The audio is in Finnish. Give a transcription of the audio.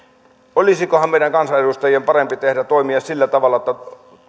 olisikohan meidän kansanedustajien parempi tehdä toimia sillä tavalla että